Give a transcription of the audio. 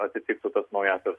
atitiktų tas naująsias